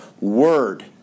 Word